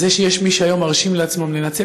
על זה שיש מי שהיום מרשים לעצמם לנצל